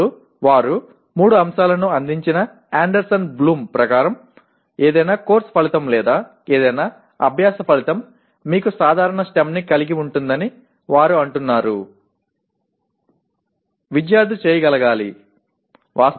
ఇప్పుడు వారు 3 అంశాలను అందించిన అండర్సన్ బ్లూమ్ ప్రకారం ఏదైనా కోర్సు ఫలితం లేదా ఏదైనా అభ్యాస ఫలితం మీకు సాధారణ స్టెమ్ ని కలిగి ఉంటుందని వారు అంటున్నారు "విద్యార్థి చేయగలగాలి"